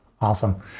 Awesome